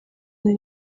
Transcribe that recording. nari